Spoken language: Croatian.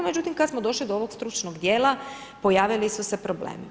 Međutim, kad smo došli do ovog stručnog dijela, pojavili su se problemi.